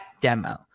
demo